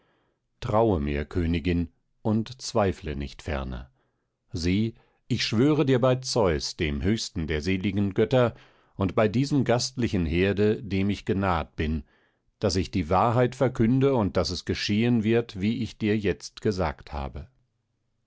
traue mir königin und zweifle nicht ferner sieh ich schwöre dir bei zeus dem höchsten der seligen götter und bei diesem gastlichen herde dem ich genaht bin daß ich die wahrheit verkünde und daß es geschehen wird wie ich dir jetzt gesagt habe